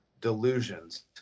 delusions